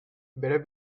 better